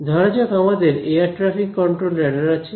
ধরা যাক আমাদের এয়ার ট্রাফিক কন্ট্রোল রেডার আছে